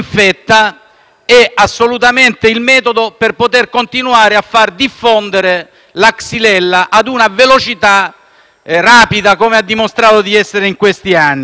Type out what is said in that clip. che purtroppo, anche nell'attività emendativa, si continua con una sistematica diffusione di *fake news*.